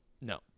No